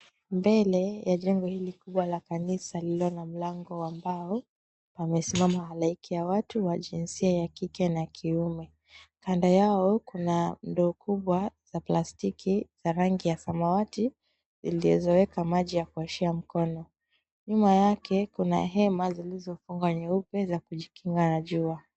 Mbele ya jengo hili kubwa la kanisa lililo na mlango wa mbao wamesimama halaiki ya watu wa jinsia ya kike na kiume. Kanda yao kuna ndoo kubwa za plastiki za rangi ya samawati zilizoweka maji ya kuoshea mkono. Nyuma yake kuna hema zilizofungwa nyeupe za kujikinga na jua.